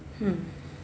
hmm